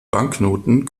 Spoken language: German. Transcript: banknoten